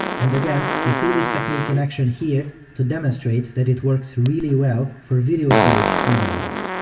and again, you see this technique in action here to demonstrate that it works really well for video footage in the wild.